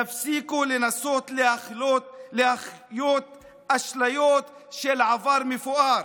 תפסיקו לנסות להחיות אשליות של עבר מפואר.